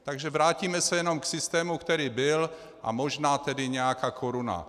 Takže se vrátíme jenom k systému, který byl, a možná tedy nějaká koruna.